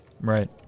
Right